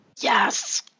Yes